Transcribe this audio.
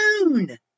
moon